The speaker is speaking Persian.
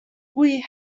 گویی